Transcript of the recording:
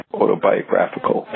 autobiographical